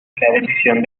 decisión